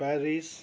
Paris